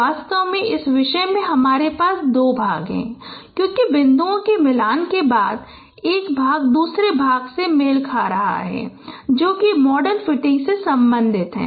वास्तव में इस विषय में हमारे पास दो भाग हैं क्योंकि बिन्दुओं के मिलान के बाद एक भाग दूसरे भाग से मेल खा रहा है जो कि मॉडल फिटिंग से संबंधित है